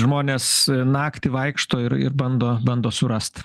žmonės naktį vaikšto ir ir bando bando surast